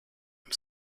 and